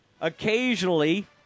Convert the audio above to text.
occasionally